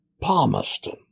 Palmerston